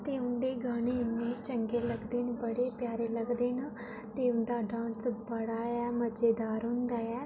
ते उं'दे गाने इन्ने चंगे लगदे बड़े प्यारे लगदे न ते उं'दा डांस बड़ा गै मज़ेदार होंदा ऐ